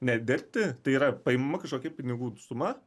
nedirbti tai yra paimama kažkokia pinigų suma